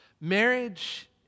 Marriage